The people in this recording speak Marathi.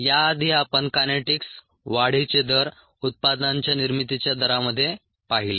याआधी आपण कायनेटीक्स वाढीचे दर उत्पादनांच्या निर्मितीच्या दरामध्ये पाहिले